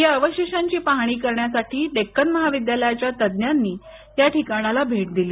या अवशेषांची पाहणी करण्यासाठी डेक्कन महाविद्यालयाच्या तज्ञांनी पण या ठिकाणाला भेट दिली